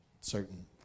certain